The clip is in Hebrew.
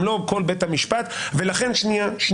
גם לא כל בית המשפט ולכן יכול